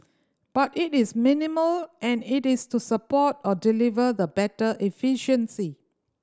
but it is minimal and it is to support or deliver the better efficiency